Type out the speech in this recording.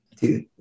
dude